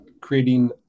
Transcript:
creating